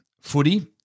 footy